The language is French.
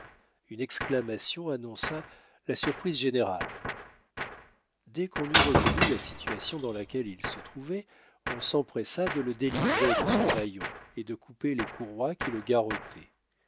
une exclamation annonça la surprise générale dès qu'on eut reconnu la situation dans laquelle il se trouvait on s'empressa de le délivrer de son bâillon et de couper les courroies qui le garrottaient